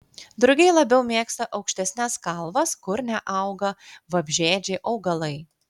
drugiai labiau mėgsta aukštesnes kalvas kur neauga vabzdžiaėdžiai augalai